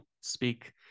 speak